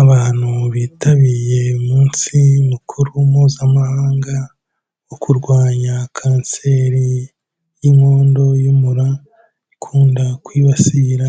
Abantu bitabiye umunsi mukuru Mpuzamahanga wo kurwanya kanseri y'inkondo y'umura, ikunda kwibasira